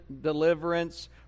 deliverance